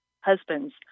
husbands